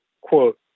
quote